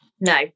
no